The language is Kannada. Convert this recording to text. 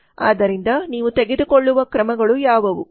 ಆದ್ದರಿಂದ ನೀವು ತೆಗೆದುಕೊಳ್ಳುವ ಕ್ರಮಗಳು ಯಾವುವು